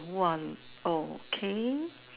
one okay